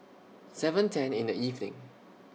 seven ten in The evening